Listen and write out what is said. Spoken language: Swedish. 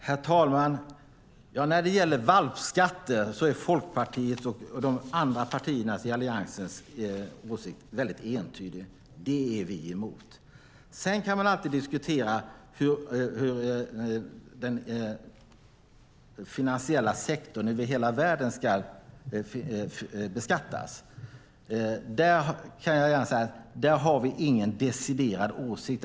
Herr talman! När det gäller valpskatter är Folkpartiets och de andra allianspartiernas åsikt entydig: Det är vi emot. Sedan kan man alltid diskutera hur den finansiella sektorn över hela världen ska beskattas. Där har vi ingen deciderad åsikt.